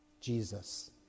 Jesus